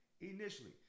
Initially